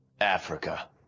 Africa